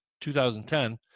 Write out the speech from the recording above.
2010